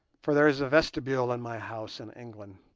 for there is a vestibule in my house in england.